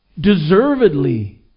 deservedly